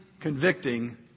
convicting